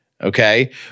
Okay